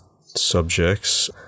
subjects